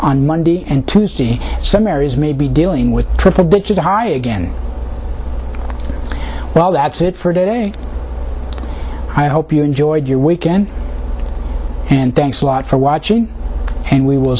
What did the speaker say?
on monday and tuesday some areas may be dealing with triple digit high again well that's it for today i hope you enjoyed your weekend and thanks a lot for watching and we will